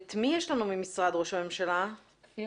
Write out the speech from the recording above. רז,